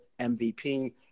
MVP